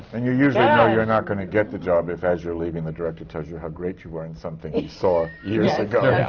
and you usually know you're not going to get the job, if as you're leaving, the director tells you how great you were in something he saw years ago. yes, yeah